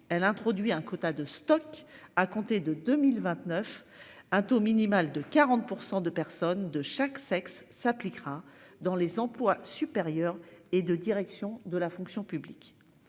elle introduit un quota de stocks à compter de 2029, un taux minimal de 40% de personnes de chaque sexe s'appliquera dans les emplois supérieurs et de direction de la fonction publique.